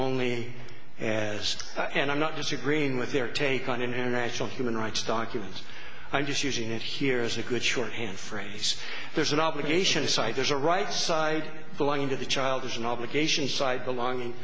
only as and i'm not disagreeing with their take on international human rights documents i'm just using it here is a good shorthand phrase there's an obligation side there's a right side belonging to the child as an obligation side belonging